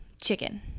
chicken